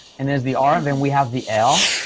and there's the r and and we have the l,